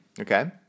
Okay